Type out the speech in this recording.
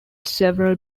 several